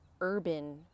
urban